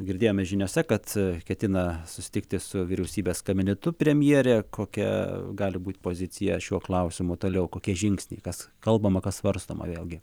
girdėjome žiniose kad ketina susitikti su vyriausybės kabinetu premjerė kokia gali būt pozicija šiuo klausimu toliau kokie žingsniai kas kalbama kas svarstoma vėlgi